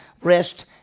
rest